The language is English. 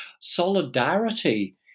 Solidarity